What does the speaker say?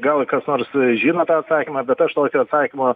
gal kas nors žino tą atsakymą bet aš tokio atsakymo